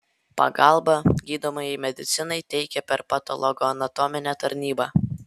pagalbą gydomajai medicinai teikia per patologoanatominę tarnybą